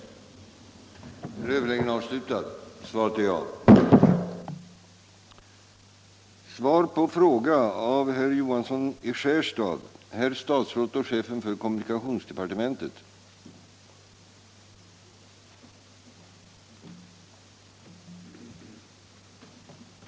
Tisdagen den